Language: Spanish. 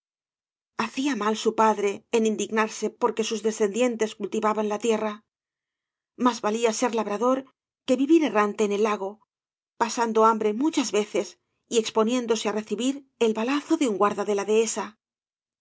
hacía mal su padre en indignarse porque sus descendientes cultivaban la tierra más valía ser labrador que vivir errante en el lago pasando hambre muchas veces y exponiéndose á recibir el balazo de un guarda de la dehesa